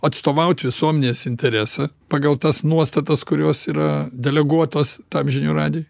atstovaut visuomenės interesą pagal tas nuostatas kurios yra deleguotos tam žinių radijui